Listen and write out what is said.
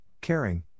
caring